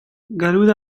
gallout